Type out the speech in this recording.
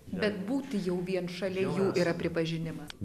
bet būti jau vien šalia jų yra pripažinimas